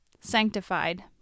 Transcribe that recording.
sanctified